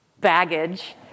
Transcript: Baggage